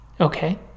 Okay